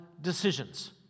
decisions